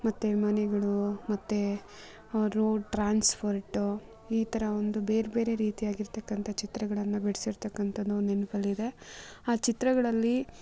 ಮತ್ತು ಮನೆಗಳು ಮತ್ತು ಆ ರೋಡ್ ಟ್ರಾನ್ಸ್ಫರ್ಟು ಈ ಥರ ಒಂದು ಬೇರೆ ಬೇರೆ ರೀತಿ ಆಗಿರ್ತಕ್ಕಂಥ ಚಿತ್ರಗಳನ್ನು ಬಿಡಿಸಿರ್ತಕಂಥದೊಂದು ನೆನಪಲ್ಲಿದೆ ಆ ಚಿತ್ರಗಳಲ್ಲಿ